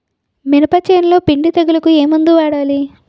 మినప చేనులో పిండి తెగులుకు ఏమందు వాడాలి?